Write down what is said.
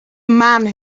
man